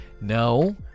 No